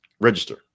register